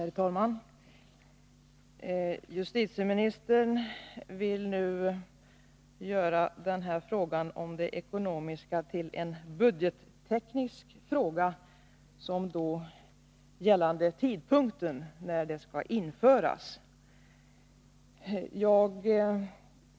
Herr talman! Justitieministern vill nu göra denna fråga om det ekonomiska till en budgetteknisk fråga gällande tidpunkten för när de nya reglerna skall införas.